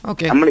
Okay